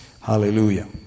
Hallelujah